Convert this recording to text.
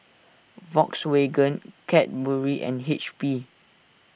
Volkswagen Cadbury and H P